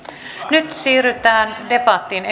nyt siirrytään debattiin